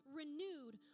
renewed